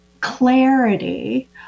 clarity